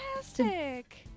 Fantastic